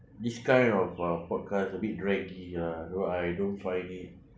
this kind of uh podcast a bit draggy uh so I don't find it